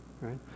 right